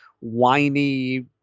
whiny